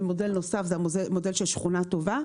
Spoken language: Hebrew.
ומודל נוסף זה המודל של שכונה טובה,